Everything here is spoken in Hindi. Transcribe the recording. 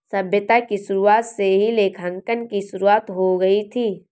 सभ्यता की शुरुआत से ही लेखांकन की शुरुआत हो गई थी